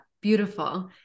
beautiful